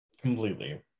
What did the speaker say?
Completely